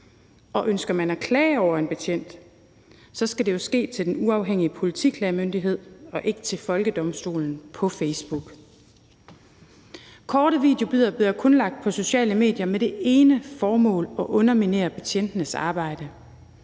og ønsker man at klage over en betjent, skal det jo ske til den uafhængige politiklagemyndighed og ikke til folkedomstolen på Facebook. Korte videobidder bliver kun lagt på sociale medier med det ene formål at underminere betjentenes arbejde.